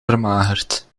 vermagerd